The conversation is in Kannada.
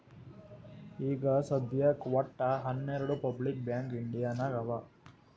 ಈಗ ಸದ್ಯಾಕ್ ವಟ್ಟ ಹನೆರ್ಡು ಪಬ್ಲಿಕ್ ಬ್ಯಾಂಕ್ ಇಂಡಿಯಾ ನಾಗ್ ಅವಾ